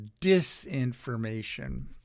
disinformation